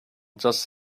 just